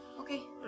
Okay